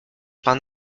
pan